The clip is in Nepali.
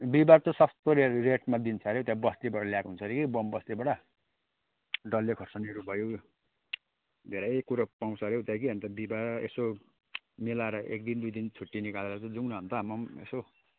बिहिवार चाहिँ सस्तो रेटमा दिन्छ अरे त्यहाँ बस्तीबाट ल्याएको हुन्छ अरे कि बोङबस्तीबाट डल्ले खोर्सानीहरू भयो धेरै कुरो पाउँछ अरे हौ त्यहाँ कि अन्त बिहिवार यसो मिलाएर एकदिन दुई दिन छुट्टी निकालेर चाहिँ जाउँ न अन्त म नि यसो